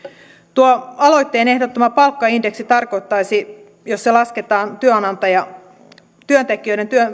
tuo aloitteen ehdottama palkkaindeksi tarkoittaisi jos se lasketaan työntekijöiden